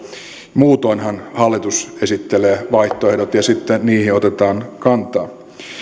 muutoinhan hallitus esittelee vaihtoehdot ja sitten niihin otetaan kantaa